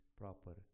proper